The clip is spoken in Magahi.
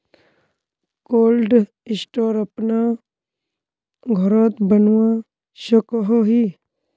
कोल्ड स्टोर अपना घोरोत बनवा सकोहो ही?